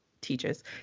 teaches